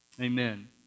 Amen